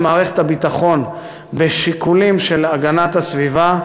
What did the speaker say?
מערכת הביטחון בשיקולים של הגנת הסביבה,